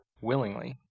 willingly